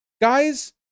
guys